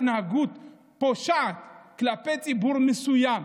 התנהגות פושעת כלפי ציבור מסוים,